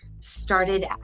started